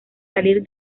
salir